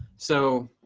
so,